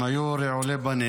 הם היו רעולי פנים